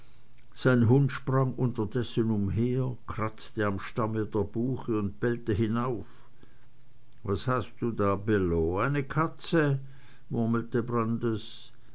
sein hund sprang unterdessen umher kratzte am stamm der buche und bellte hinauf was hast du da bello eine katze murmelte